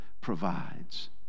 provides